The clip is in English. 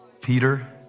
Peter